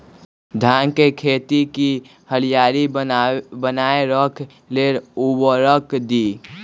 धान के खेती की हरियाली बनाय रख लेल उवर्रक दी?